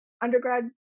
undergrad